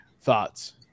thoughts